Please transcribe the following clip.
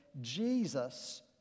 Jesus